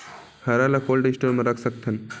हरा ल cold store म रख सकथन?